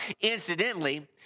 Incidentally